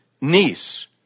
niece